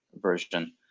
version